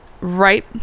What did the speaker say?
right